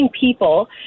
people